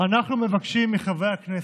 אנחנו מבקשים מחברי הכנסת,